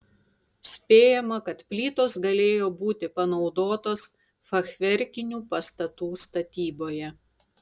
spėjama kad plytos galėjo būti panaudotos fachverkinių pastatų statyboje